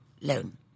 loan